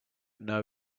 know